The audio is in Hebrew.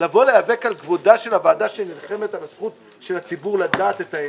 להיאבק על כבודה של הוועדה שנלחמת על הזכות של הציבור לדעת את האמת.